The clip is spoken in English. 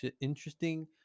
interesting